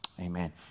Amen